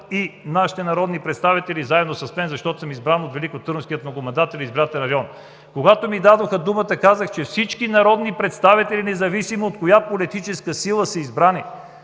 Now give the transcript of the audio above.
и нашите народни представители, заедно с мен, защото съм избран от Великотърновския многомандатен избирателен район. Когато ми дадоха думата, казах, че всички народни представители, независимо от коя политическа сила са избрани,